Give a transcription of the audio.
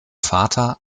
vater